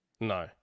No